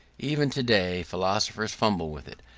even today philosophers fumble with it,